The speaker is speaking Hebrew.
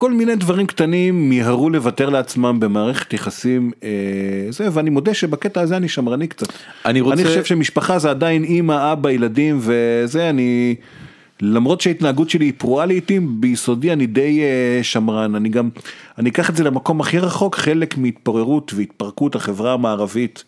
כל מיני דברים קטנים מיהרו לוותר לעצמם במערכת יחסים, ואני מודה שבקטע הזה אני שמרני קצת. אני רוצה... אני חושב שמשפחה זה עדיין אימא, אבא, ילדים וזה... למרות שההתנהגות שלי היא פרועה לעתים, ביסודי אני די שמרן, אני גם אני אקח את זה למקום הכי רחוק, חלק מהתפוררות והתפרקות החברה המערבית